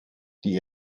die